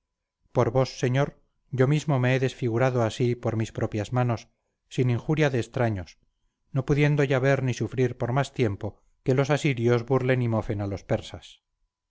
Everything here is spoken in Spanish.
vos señor yo mismo me he desfigurado así por mis propias manos sin injuria de extraños no pudiendo ya ver ni sufrir por más tiempo que los asirlos burlen y mofen a los persas